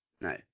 No